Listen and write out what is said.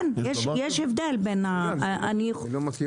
למעשה נושאים פוליטיים פגעו בערים האלה והן לא נכנסו